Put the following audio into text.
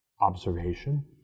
observation